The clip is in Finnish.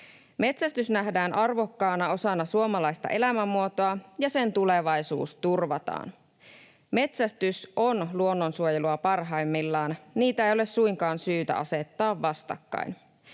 Metsästys nähdään arvokkaana osana suomalaista elämänmuotoa, ja sen tulevaisuus turvataan. Metsästys on luonnonsuojelua parhaimmillaan, niitä ei ole suinkaan syytä asettaa vastakkain.